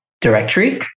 directory